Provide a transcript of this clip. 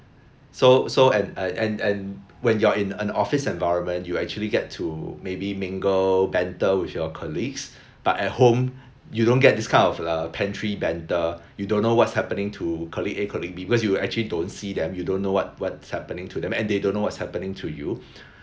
so so and and and and when you are in an office environment you actually get to maybe mingle banter with your colleagues but at home you don't get this kind of uh pantry banter you don't know what's happening to colleague A colleague B because you actually don't see them you don't know what what's happening to them and they don't know what's happening to you